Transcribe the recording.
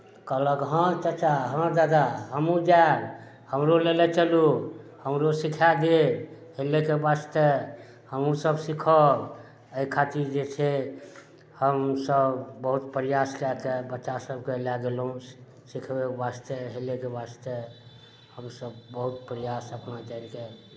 कहलक हँ चच्चा हँ दादा हमहूँ जायब हमरो लेने चलू हमरो सिखाय देब हेलयके वास्ते हमहूँसभ सीखब एहि खातिर जे छै हमसभ बहुत प्रयास कए कऽ बच्चासभकेँ लए गेलहुँ सिखबयके वास्ते हेलयके वास्ते हमसभ बहुत प्रयास अपना सभके